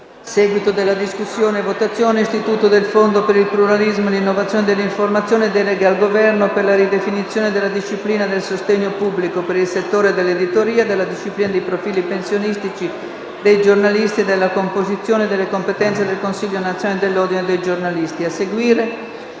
di esame del disegno di legge recante «Istituzione del Fondo per il pluralismo e l'innovazione dell'informazione e deleghe al Governo per la ridefinizione della disciplina del sostegno pubblico per il settore dell'editoria, della disciplina di profili pensionistici dei giornalisti e della composizione e delle competenze del Consiglio nazionale dell'Ordine dei giornalisti», premesso